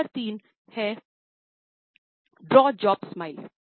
number 3 drop jaw Ismail